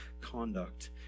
conduct